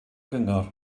gyngor